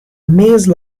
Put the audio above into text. maze